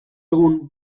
egun